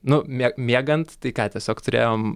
nu mie miegant tai ką tiesiog turėjom